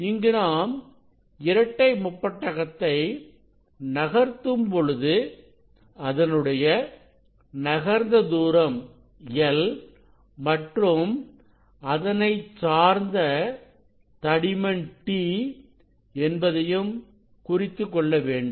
இங்கு நாம் இரட்டை முப்பட்டகத்தை நகர்த்தும் பொழுது அதனுடைய நகர்ந்த தூரம் l மற்றும் அதைச்சார்ந்த தடிமன் t என்பதையும் குறித்துக்கொள்ள வேண்டும்